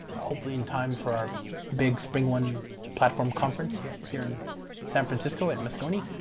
hopefully in time for big spring one platform conference here here in san francisco at moscone.